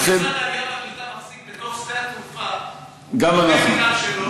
מנכ"ל משרד העלייה והקליטה מחזיק בתוך שדה התעופה את הטרמינל שלו,